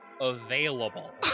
available